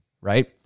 right